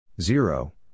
zero